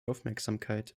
aufmerksamkeit